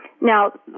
Now